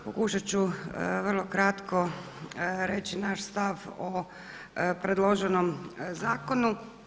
Pokušat ću vrlo kratko reći naš stav o predloženom zakonu.